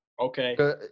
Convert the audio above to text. Okay